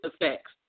effects